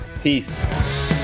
Peace